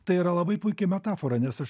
tai yra labai puiki metafora nes aš